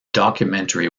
documentary